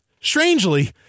strangely